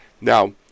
Now